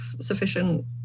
sufficient